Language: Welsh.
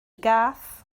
gath